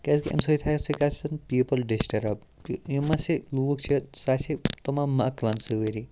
کیازکہِ أمس سۭتۍ ہَسا گَژھَن پیٖپٕل ڈِسٹرٕب یِم ہَسا لوٗکھ چھِ سُہ چھُ تِم مہَ مۄکلَن سٲری